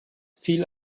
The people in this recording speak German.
fiel